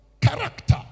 character